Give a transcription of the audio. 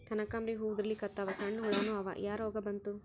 ಕನಕಾಂಬ್ರಿ ಹೂ ಉದ್ರಲಿಕತ್ತಾವ, ಸಣ್ಣ ಹುಳಾನೂ ಅವಾ, ಯಾ ರೋಗಾ ಬಂತು?